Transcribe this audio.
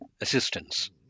assistance